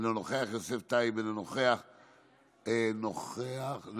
אינו נוכח, יוסף טייב, אינו נוכח,